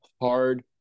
hard